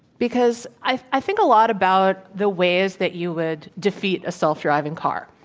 because i i think a lot about the ways that you would defeat a self-driving car.